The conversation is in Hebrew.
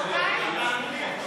אפשר לדבר במרוקאית.